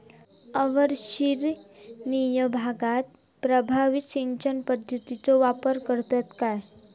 अवर्षणिय भागात प्रभावी सिंचन पद्धतीचो वापर करतत काय?